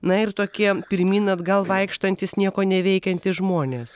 na ir tokie pirmyn atgal vaikštantys nieko neveikiantys žmonės